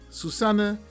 susanne